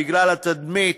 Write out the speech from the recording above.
בגלל התדמית.